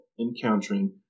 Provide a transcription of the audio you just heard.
encountering